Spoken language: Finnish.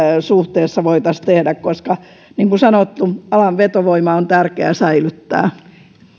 suhteen voitaisiin tehdä koska niin kuin sanottu alan vetovoima on tärkeää säilyttää